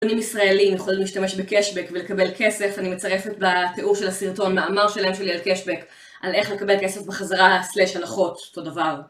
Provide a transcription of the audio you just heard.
ישראלים יכולים להשתמש בקשבק ולקבל כסף אני מצרפת בתיאור של הסרטון, מאמר שלם שלי על קשבק על איך לקבל כסף בחזרה, סלש, הנחות, אותו דבר